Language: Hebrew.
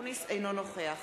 אינו נוכח